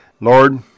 Lord